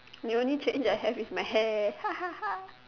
the only change I have is my hair